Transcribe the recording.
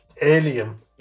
alien